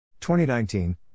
2019